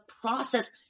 process